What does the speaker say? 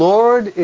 Lord